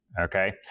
Okay